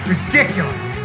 Ridiculous